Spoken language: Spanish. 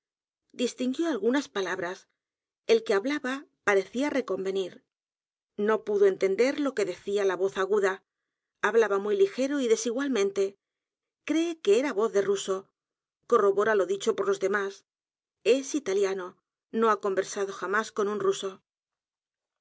distinguió algunas palabras el que hablaba parecía reconvenir no pudo entender lo que decía la voz aguda hablaba muy ligero y desigualmente cree que era voz de ruso corrobora lo dicho por los demás es italiano no ha conversado jamás con un ruso